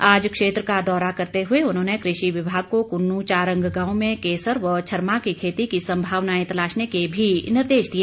आज क्षेत्र का दौरा करते हुए उन्होंने कृषि विभाग को कुन्नू चारंग गांव में केसर व छरमा की खेती की संभावनाएं तलाशने के भी निर्देश दिए